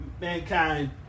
Mankind